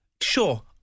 Sure